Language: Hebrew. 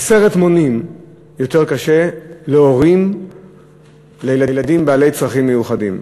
עשרת מונים יותר קשה להורים לילדים בעלי צרכים מיוחדים.